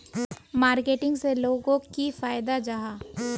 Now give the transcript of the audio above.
Marketing से लोगोक की फायदा जाहा?